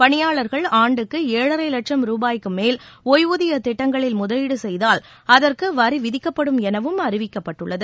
பணியாளர்கள் ஆண்டுக்கு ஏழரை லட்சம் ரூபாய்க்கு மேல் ஓய்வூதிய திட்டங்களில் முதலீடு செய்தால் அதற்கு வரி விதிக்கப்படும் எனவும் அறிவிக்கப்பட்டுள்ளது